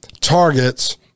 targets